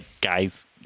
guys